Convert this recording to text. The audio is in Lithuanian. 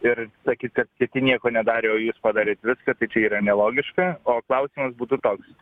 ir sakyt kad kiti nieko nedarė o jūs padarėt viską tai čia yra nelogiška o klausimas būtų toks